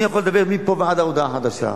אני יכול לדבר מפה ועד הודעה חדשה,